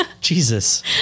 jesus